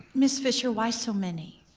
ms. fischer, why so many?